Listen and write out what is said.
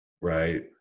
right